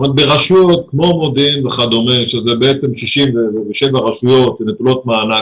ברשות כמו מודיעין וכדומה ומדובר בעצם על 67 רשויות נטולות מענק,